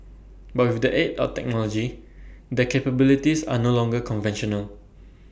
but with the aid of technology their capabilities are no longer conventional